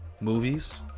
movies